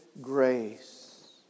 grace